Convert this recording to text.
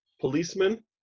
policeman